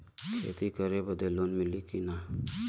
खेती करे बदे लोन मिली कि ना?